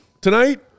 Tonight